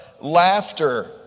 laughter